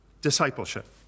discipleship